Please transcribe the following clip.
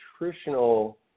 nutritional